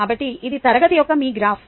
కాబట్టి ఇది తరగతి యొక్క మీ గ్రాఫ్